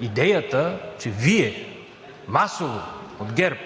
идеята, че: Вие, масово от ГЕРБ.